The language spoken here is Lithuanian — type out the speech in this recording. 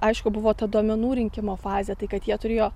aišku buvo ta duomenų rinkimo fazė tai kad jie turėjo